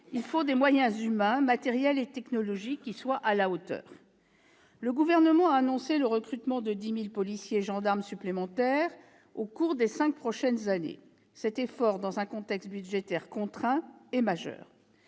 il faut des moyens humains, matériels et technologiques qui soient à la hauteur. Le Gouvernement a annoncé le recrutement de 10 000 policiers et gendarmes supplémentaires au cours des cinq prochaines années. Cet effort, dans un contexte budgétaire contraint, est majeur.